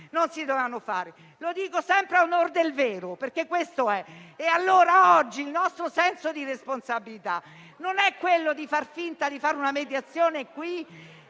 non si dovevano fare. Lo dico sempre a onor del vero, perché questo è. Allora oggi il nostro senso di responsabilità non è quello di fingere di fare una mediazione in